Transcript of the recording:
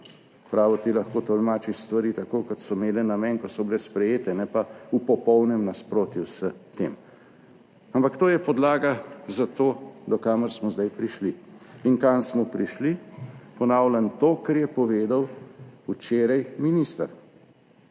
Pravo ti lahko tolmačiš stvari tako, kot so imele namen, ko so bile sprejete, ne pa v popolnem nasprotju s tem. Ampak to je podlaga za to, do kamor smo zdaj prišli. In kam smo prišli? Ponavljam to, kar je povedal včeraj minister,